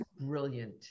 brilliant